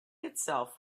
itself